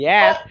Yes